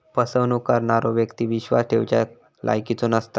फसवणूक करणारो व्यक्ती विश्वास ठेवच्या लायकीचो नसता